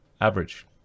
average